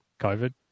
COVID